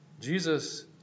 Jesus